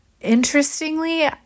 interestingly